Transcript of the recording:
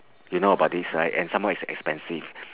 you know about this right and somemore it's expensive